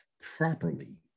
properly